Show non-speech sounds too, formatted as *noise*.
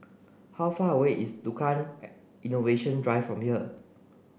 how far away is Tukang *unintelligible* Innovation Drive from here